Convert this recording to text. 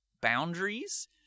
boundaries